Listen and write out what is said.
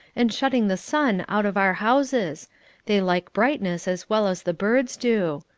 and shutting the sun out of our houses they like brightness as well as the birds do.